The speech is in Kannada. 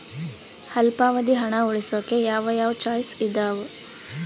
ಅಲ್ಪಾವಧಿ ಹಣ ಉಳಿಸೋಕೆ ಯಾವ ಯಾವ ಚಾಯ್ಸ್ ಇದಾವ?